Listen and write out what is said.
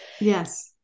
yes